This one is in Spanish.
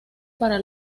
para